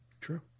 True